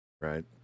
right